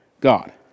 God